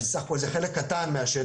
אז זה סך הכול, זה חלק קטן מהשטח.